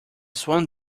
swan